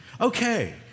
Okay